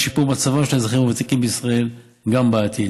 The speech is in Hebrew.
לשיפור מצבם של האזרחים הוותיקים בישראל גם בעתיד.